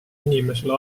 inimesele